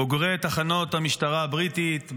בוגרי תחנות המשטרה הבריטית,